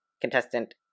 contestant